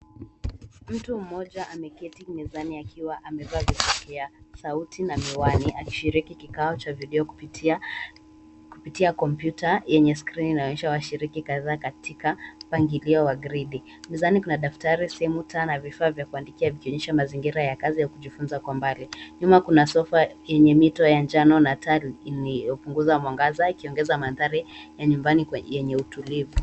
Mtu mmoja ameketi mezani akiwa amevaa vipokea sauti na miwani, akishiriki kikao cha video kupitia kompyuta yenye skrini inayoonyesha washiriki kadhaa katika mpangilio wa gredi. Mezani kuna daftari, simu, taa na vifaa vya kuandikia vikionyesha mazingira ya kazi ya kujifunza kwa mbali. Nyuma kuna sofa yenye mito ya jano na taa iliyopunguza mwangaza ikiongeza mandhari ya nyumbani yenye utulivu.